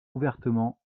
ouvertement